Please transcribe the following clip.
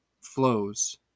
flows